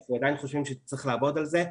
אנחנו עדיין חושבים שצריך לעבוד על זה,